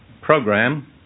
program